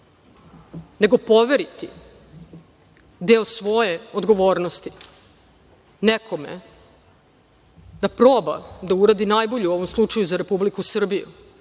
nego poveriti deo svoje odgovornosti nekome da proba da uradi najbolje u ovom slučaju za Republiku Srbiju.